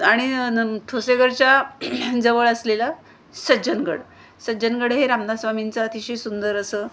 आणि न ठोसेघरच्या जवळ असलेला सज्जनगड सज्जनगड हे रामदासस्वामींचं अतिशय सुंदर असं